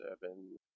seven